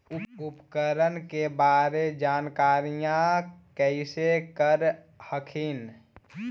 उपकरण के बारे जानकारीया कैसे कर हखिन?